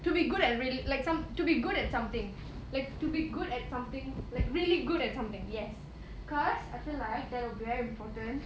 to be good at really like some to be good at something like to be good at something like really good at something yes cause I feel like that will be very important